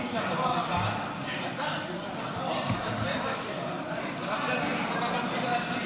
חבר הכנסת אלמוג כהן.